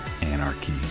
anarchy